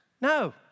No